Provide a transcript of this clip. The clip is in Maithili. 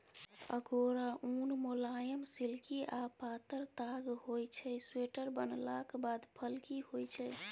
अगोरा उन मुलायम, सिल्की आ पातर ताग होइ छै स्वेटर बनलाक बाद फ्लफी होइ छै